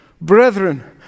Brethren